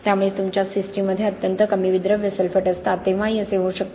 त्यामुळे तुमच्या सिस्टीममध्ये अत्यंत कमी विद्रव्य सल्फेट असतात तेव्हाही असे होऊ शकते